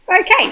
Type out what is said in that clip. Okay